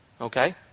okay